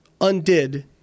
undid